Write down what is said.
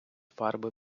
фарби